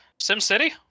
SimCity